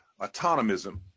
autonomism